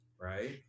right